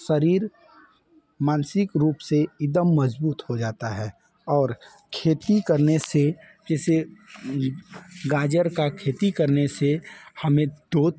शरीर मानसिक रूप से एकदम मजबूत हो जाता है और खेती करने से जैसे गाजर का खेती करने से हमें दो